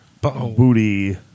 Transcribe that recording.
booty